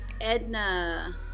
Edna